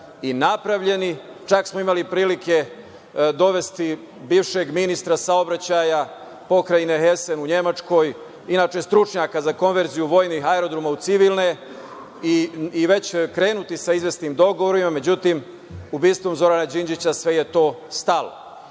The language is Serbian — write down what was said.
i napravljeni. Čak smo imali prilike dovesti bivšeg ministra saobraćaja Pokrajine Hesen u Nemačkoj, inače stručnjaka za konverziju vojnih aerodroma u civilne, i već krenuti sa izvesnim dogovorima. Međutim, ubistvom Zorana Đinđića sve je to stalo.